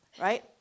right